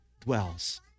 dwells